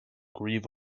grieve